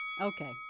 Okay